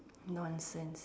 nonsense